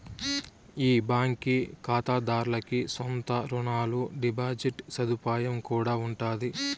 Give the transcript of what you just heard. ఈ బాంకీ కాతాదార్లకి సొంత రునాలు, డిపాజిట్ సదుపాయం కూడా ఉండాది